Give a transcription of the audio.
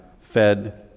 fed